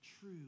true